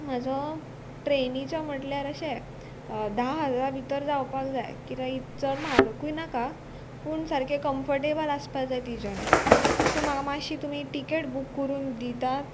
म्हाजो ट्रेनीचो म्हटल्यार अशें धा हजारा भितर जावपाक जाय कित्याक चड म्हारकूय नाका पूण सारकें कम्फटेबल आसपा जाय ती जर्नी सो म्हाका मातशी तुमी टिकेट बूक करून दितात